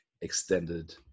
extended